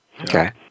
Okay